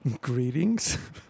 Greetings